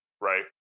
Right